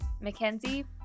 Mackenzie